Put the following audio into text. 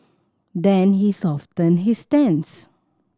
then he softened his stance